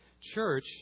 church